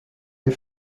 les